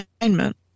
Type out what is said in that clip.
alignment